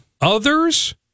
Others